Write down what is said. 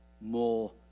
more